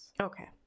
Okay